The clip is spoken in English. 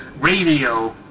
radio